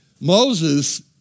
Moses